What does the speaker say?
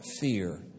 fear